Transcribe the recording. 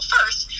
first